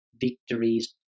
victories